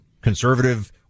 conservative